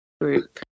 group